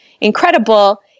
incredible